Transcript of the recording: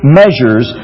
measures